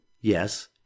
Yes